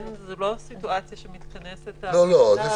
זאת לא סיטואציה שמתכנסת הוועדה